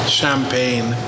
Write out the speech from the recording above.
champagne